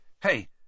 Hey